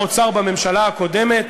שר האוצר בממשלה הקודמת